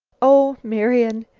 oh, marian,